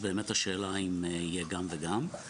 באמת השאלה אם יהיה גם וגם.